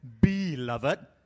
beloved